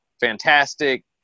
fantastic